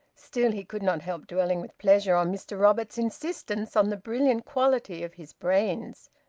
still, he could not help dwelling with pleasure on mr roberts's insistence on the brilliant quality of his brains.